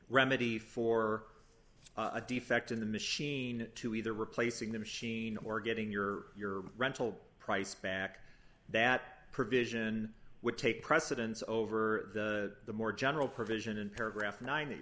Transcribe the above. remedy for a defect in the machine to either replacing the machine or getting your your rental price back that provision would take precedence over the more general provision in paragraph nine